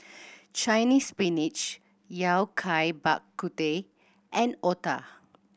Chinese Spinach Yao Cai Bak Kut Teh and otah